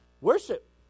Worship